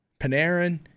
Panarin